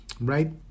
right